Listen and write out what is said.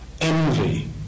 envy